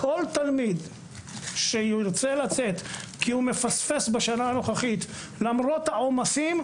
כל תלמיד שירצה לצאת כי הוא מפספס בשנה הנוכחית למרות העומסים,